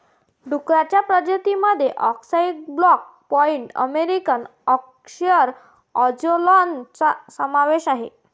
डुक्करांच्या प्रजातीं मध्ये अक्साई ब्लॅक पाईड अमेरिकन यॉर्कशायर अँजेलॉनचा समावेश आहे